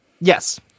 Yes